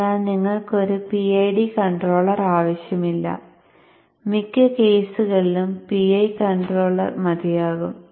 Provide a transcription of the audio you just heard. അതിനാൽ നിങ്ങൾക്ക് ഒരു PID കൺട്രോളർ ആവശ്യമില്ല മിക്ക കേസുകളിലും PI കൺട്രോളർ മതിയാകും